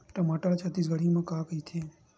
टमाटर ला छत्तीसगढ़ी मा का कइथे?